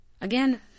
Again